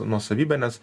nuosavybę nes